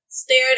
stared